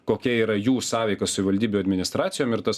kokia yra jų sąveika savaldybių administracijom ir tas